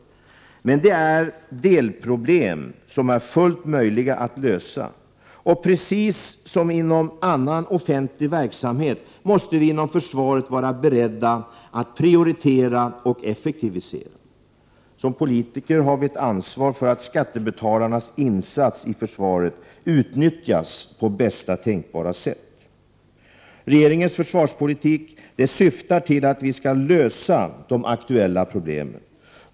Men det är delproblem, som är fullt möjliga att lösa. Och precis som inom annan offentlig verksamhet måste vi inom försvaret vara beredda att prioritera och effektivisera. Som politiker har vi ett ansvar för att skattebetalarnas insats i försvaret utnyttjas på bästa tänkbara sätt. Regeringens försvarspolitik syftar till att lösa de aktuella problemen.